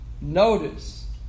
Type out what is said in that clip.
Notice